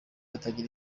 atagira